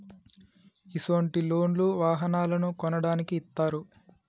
ఇసొంటి లోన్లు వాహనాలను కొనడానికి ఇత్తారు